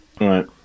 Right